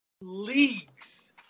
leagues